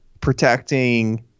protecting